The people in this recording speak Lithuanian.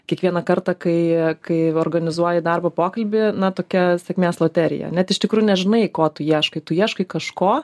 kiekvieną kartą kai kai organizuoji darbo pokalbį na tokia sėkmės loterija net iš tikrųjų nežinai ko tu ieškai tu ieškai kažko